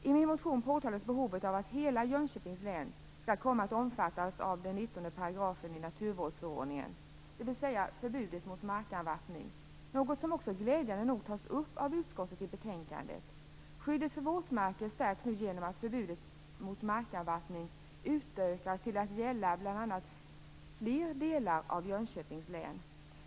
I min motion påtalas behovet av att hela Jönköpings län skall omfattas av 19 § i naturvårdsförordningen, dvs. förbudet mot markavvattning, något som också glädjande nog tas upp av utskottet i betänkandet. Skyddet för våtmarker stärks nu genom att förbudet mot markavvattning utökas till att gälla bl.a. fler delar av Jönköpings län.